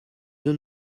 deux